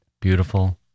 beautiful